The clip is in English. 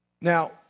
Now